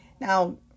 Now